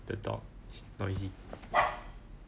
the dog is noisy